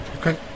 Okay